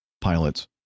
pilots